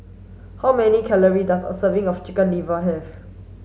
how many calories does a serving of chicken liver have